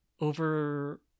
over